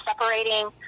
separating